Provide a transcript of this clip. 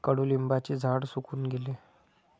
कडुलिंबाचे झाड सुकून गेले